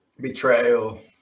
betrayal